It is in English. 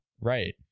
right